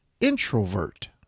introvert